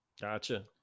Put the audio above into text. Gotcha